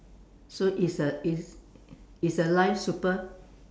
so it's a it's it's her life super